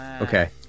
Okay